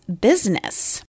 business